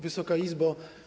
Wysoka Izbo!